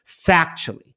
factually